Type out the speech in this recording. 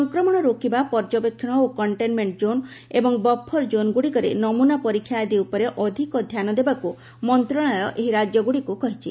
ସଂକ୍ରମଣ ରୋକିବା ପର୍ଯ୍ୟବେକ୍ଷଣ ଓ କଣ୍ଟେନ୍ମେଣ୍ଟ ଜୋନ୍ ଏବଂ ବଫର ଜୋନ୍ଗୁଡ଼ିକରେ ନମୁନା ପରୀକ୍ଷା ଆଦି ଉପରେ ଅଧିକ ଧ୍ୟାନ ଦେବାକୁ ମନ୍ତ୍ରଣାଳୟ ଏହି ରାଜ୍ୟଗୁଡ଼ିକୁ କହିଛି